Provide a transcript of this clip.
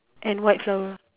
and white flower